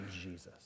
Jesus